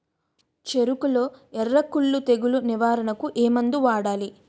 చెఱకులో ఎర్రకుళ్ళు తెగులు నివారణకు ఏ మందు వాడాలి?